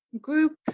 group